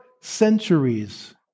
centuries